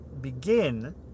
begin